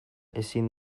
ezin